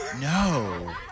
No